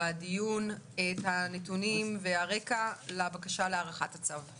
בדיון את הנתונים והרקע לבקשה להארכת הצו.